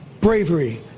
bravery